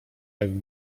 jak